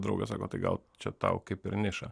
draugas sako tai gal čia tau kaip ir niša